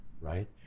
right